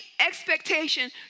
expectation